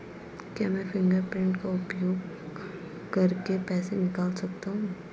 क्या मैं फ़िंगरप्रिंट का उपयोग करके पैसे निकाल सकता हूँ?